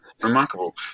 remarkable